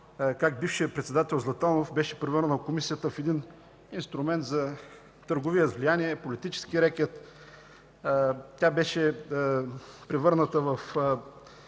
как бившият председател Златанов беше превърнал Комисията в инструмент за търговия с влияние, политически рекет. Тя беше превърната в